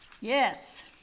Yes